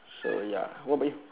so ya what about you